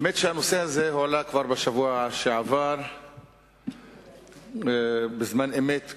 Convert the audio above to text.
האמת היא שהנושא הזה הועלה כבר בשבוע שעבר בזמן אמת,